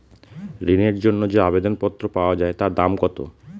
ঋণের জন্য যে আবেদন পত্র পাওয়া য়ায় তার দাম কত?